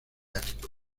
ático